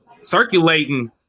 circulating